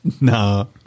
No